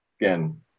again